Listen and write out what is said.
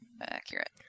accurate